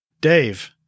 dave